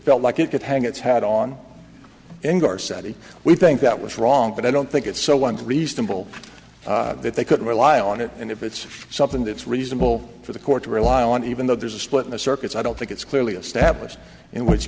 felt like it could hang its hat on and are set and we think that was wrong but i don't think it's so once reasonable that they could rely on it and if it's something that's reasonable for the court to rely on even though there's a split in the circuits i don't think it's clearly established in which